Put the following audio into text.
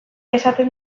esaten